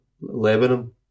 Lebanon